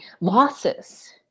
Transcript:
losses